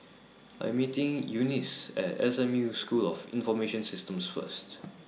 I Am meeting Eunice At S M U School of Information Systems First